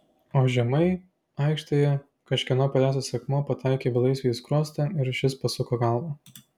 o žemai aikštėje kažkieno paleistas akmuo pataikė belaisviui į skruostą ir šis pasuko galvą